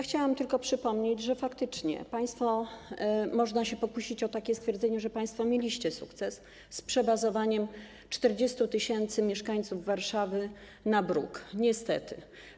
Chciałam tylko przypomnieć, że faktycznie, można się pokusić o takie stwierdzenie, że państwo mieliście sukces z przebazowaniem 40 tys. mieszkańców Warszawy na bruk, niestety.